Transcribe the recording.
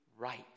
right